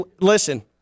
Listen